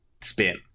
spin